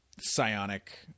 psionic